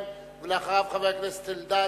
חבר הכנסת גנאים,